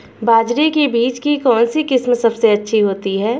बाजरे के बीज की कौनसी किस्म सबसे अच्छी होती है?